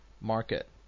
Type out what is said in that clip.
market